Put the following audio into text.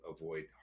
avoid